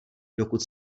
dokud